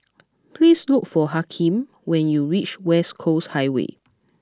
please look for Hakeem when you reach West Coast Highway